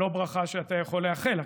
לא ברכה שאתה יכול לאחל לכנסת.